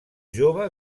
jove